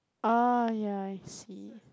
oh ya I see